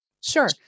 Sure